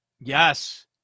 Yes